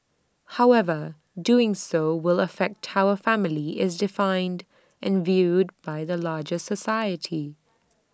however doing so will affect how A family is defined and viewed by the larger society